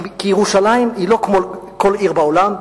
כי ירושלים היא לא כמו כל עיר בעולם.